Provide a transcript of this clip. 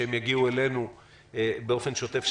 שהם יגיעו אלינו באופן שוטף.